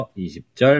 20절